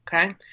Okay